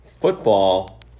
football